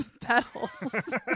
petals